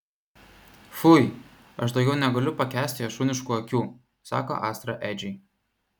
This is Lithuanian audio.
fui aš daugiau negaliu pakęsti jo šuniškų akių sako astra edžiui